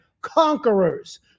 conquerors